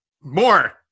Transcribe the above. More